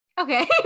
okay